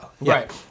Right